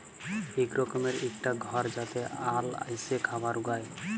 ইক রকমের ইকটা ঘর যাতে আল এসে খাবার উগায়